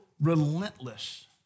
relentless